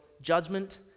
judgment